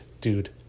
dude